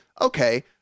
okay